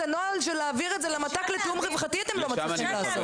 את הנוהל של להעביר את זה למת"ק לתיאום רווחתי אתם לא מצליחים לעשות.